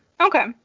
okay